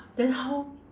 then how